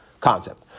concept